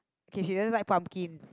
okay she doesn't like pumpkin